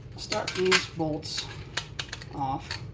start these bolts off.